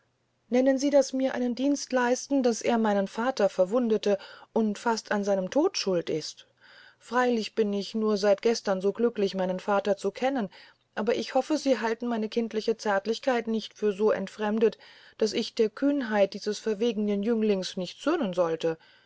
nennen sie das mir einen dienst leisten daß er meinen vater verwundete und fast an seinem tode schuld ist freylich bin ich nur seit gestern so glücklich meinen vater zu kennen aber ich hoffe sie halten mich kindlicher zärtlichkeit nicht so entfremdet daß ich der kühnheit dieses verwegenen jünglings nicht zürnen sollte